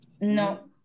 No